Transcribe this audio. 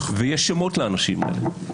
ויש שמות לאנשים האלה,